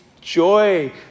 joy